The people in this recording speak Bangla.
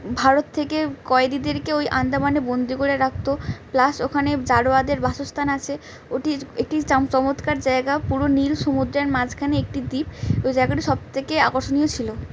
ভারত থেকে কয়েদিদেরকে ওই আন্দামানে বন্দি করে রাখতো প্লাস ওখানে জাড়োয়াদের বাসস্থান আছে ওটি একটি চ চমৎকার জায়গা পুরো নীল সমুদ্রের মাঝখানে একটি দ্বীপ ওই জায়গাটি সব থেকে আকর্ষণীয় ছিলো